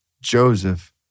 Joseph